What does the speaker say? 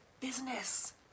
business